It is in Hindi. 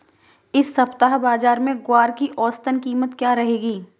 इस सप्ताह बाज़ार में ग्वार की औसतन कीमत क्या रहेगी?